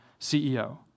CEO